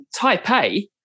Taipei